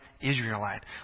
Israelite